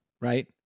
Right